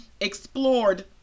explored